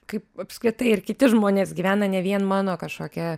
kaip apskritai ir kiti žmonės gyvena ne vien mano kažkokie